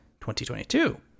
2022